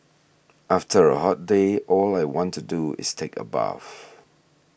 after a hot day all I want to do is take a bath